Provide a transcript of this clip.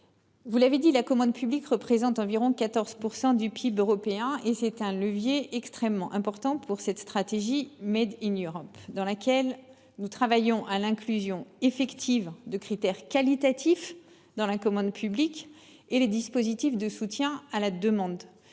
mesures miroirs. La commande publique représente en effet 14 % du PIB européen. C'est un levier extrêmement important pour la stratégie du, par laquelle nous travaillons à l'inclusion effective de critères qualitatifs dans la commande publique et les dispositifs de soutien à la demande,